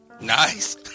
Nice